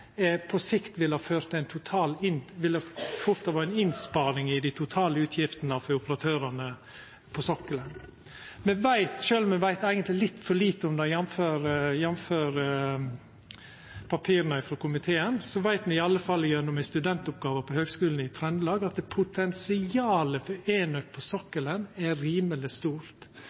ville ha ført til ei innsparing i dei totale utgiftene for operatørane på sokkelen. Sjølv om me eigentleg veit litt for lite om det – jamfør papira frå komiteen – så veit me i alle fall, gjennom ei studentoppgåve på Høgskolen i Sør-Trøndelag, at potensialet for enøk på sokkelen er rimeleg stort.